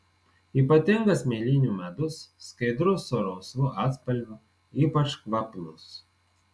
ypatingas mėlynių medus skaidrus su rausvu atspalviu ypač kvapnus